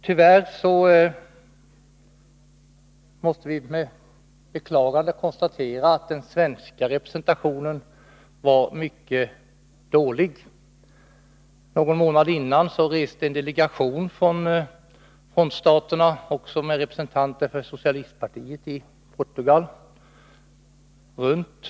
Tyvärr måste vi med beklagande konstatera att den svenska representationen var mycket dålig. Någon månad före konferensen besökte en delegation från frontstaterna tillsammans med representanter för socialistpartiet i Portugal olika länder.